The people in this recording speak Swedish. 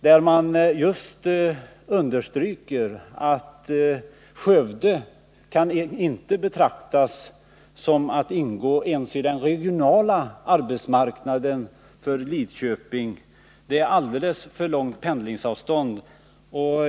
Där understryker man just att Skövde inte kan betraktas ingå ens i den regionala arbetsmarknaden för Lidköping, det är alldeles för långt pendlingsavstånd.